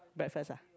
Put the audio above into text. breakfast ah